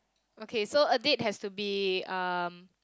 okay so a date has to be um